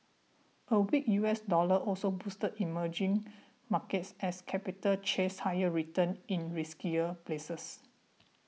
a weak U S dollar also boosted emerging markets as capital chased higher returns in riskier places